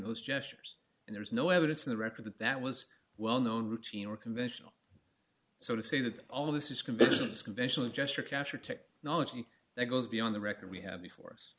those gestures and there is no evidence in the record that that was well known routine or conventional so to say that all of this is convictions conventional gesture capture technology that goes beyond the record we had before